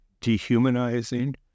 dehumanizing